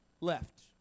left